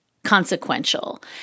Consequential